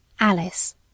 Alice